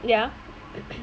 ya